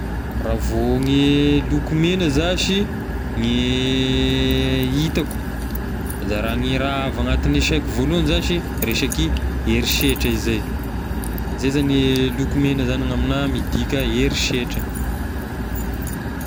Raha vô gne loko mena zashy gne hitako de raha ny raha avy anatin' ny saiko voalohany zashy resaky herisetra izay, izay zagny loko mena zagny ny amigna midika herisetra.